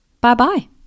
Bye-bye